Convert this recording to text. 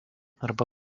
arba